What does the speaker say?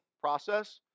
process